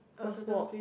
must walk